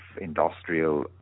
industrial